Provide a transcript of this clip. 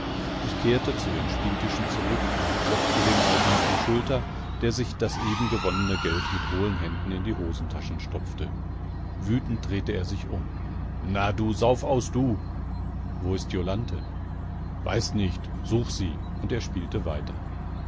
ich kehrte zu den spieltischen zurück und klopfte dem alten auf die schulter der sich das eben gewonnene geld mit hohlen händen in die hosentaschen stopfte wütend drehte er sich um na du saufaus du wo ist jolanthe weiß nicht such sie und er spielte weiter